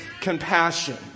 compassion